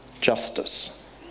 Justice